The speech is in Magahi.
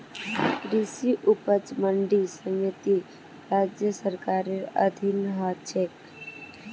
कृषि उपज मंडी समिति राज्य सरकारेर अधीन ह छेक